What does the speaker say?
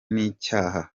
n’icyaha